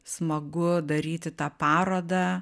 smagu daryti tą parodą